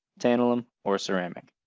tantalum, or a ceramic.